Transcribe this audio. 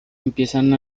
empiezan